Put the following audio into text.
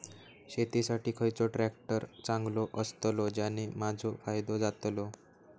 शेती साठी खयचो ट्रॅक्टर चांगलो अस्तलो ज्याने माजो फायदो जातलो?